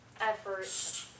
effort